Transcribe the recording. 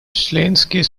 членский